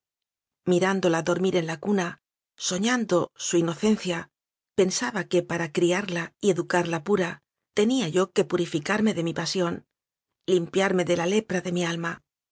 rerle mirándolq dormir en la cuna soñando su inocencia pensaba que para criarla y educarla pura tenía yo que purificarme demi pasión limpiarme de la lepra de mi alma